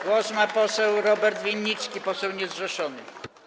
Głos ma poseł Robert Winnicki, poseł niezrzeszony.